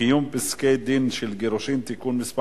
(קיום פסקי-דין של גירושין) (תיקון מס'